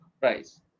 price